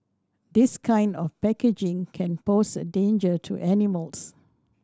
this kind of packaging can pose a danger to animals